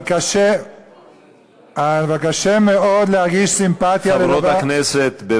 אבל קשה מאוד להרגיש סימפתיה לדבר,